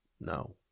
no